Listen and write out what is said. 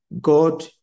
God